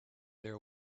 their